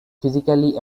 physically